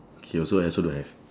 K also I also don't have